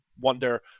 wonder